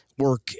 work